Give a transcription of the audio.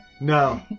No